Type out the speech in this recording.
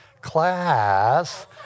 class